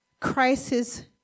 Crisis